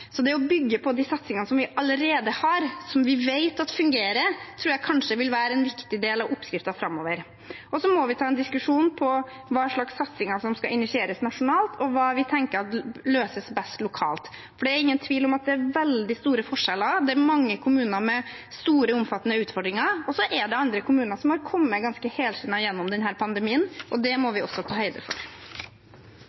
Så det å bygge på de satsingene vi allerede har, som vi vet at fungerer, tror jeg kanskje vil være en viktig del av oppskriften framover. Så må vi ta en diskusjon om hva slags satsinger som skal initieres nasjonalt, og hva vi tenker at løses best lokalt. For det er ingen tvil om at det er veldig store forskjeller. Det er mange kommuner med store, omfattende utfordringer, og så er det andre kommuner som har kommet seg ganske helskinnet gjennom denne pandemien, og det må